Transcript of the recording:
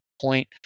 point